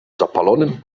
zapalonym